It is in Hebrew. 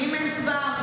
כי אם אין צבא העם,